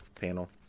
panel